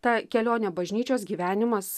ta kelionė bažnyčios gyvenimas